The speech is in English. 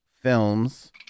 films